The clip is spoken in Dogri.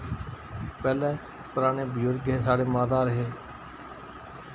पैह्लै पराने बजुर्ग हे साढ़े माता होर हे